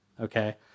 okay